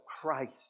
Christ